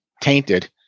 tainted